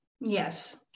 Yes